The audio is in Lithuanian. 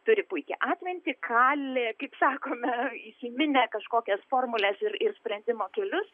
turi puikią atmintį kalė kaip sakome įsiminė kažkokias formules ir ir sprendimo kelius